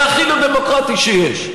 זה הכי לא דמוקרטי שיש.